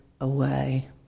away